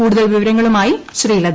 കൂടുതൽ വിവരങ്ങളുമായി ശ്രീലത